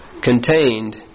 contained